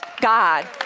God